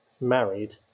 married